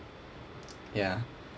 ya